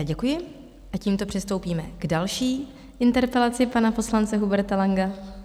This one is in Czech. Děkuji a tímto přistoupíme k další interpelaci pana poslance Huberta Langa.